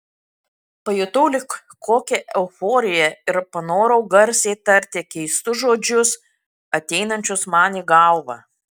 pajutau lyg kokią euforiją ir panorau garsiai tarti keistus žodžius ateinančius man į galvą